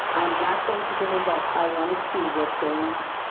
i'm not going to get involved. i wanna see what's going on.